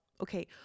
okay